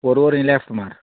पोरोवोरी left मार